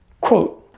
quote